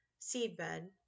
Seedbed